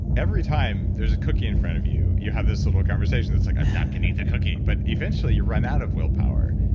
every time there's a cookie in front of you, you have this little conversation, it's like, i'm not going to eat that cookie. but eventually, you run out of willpower.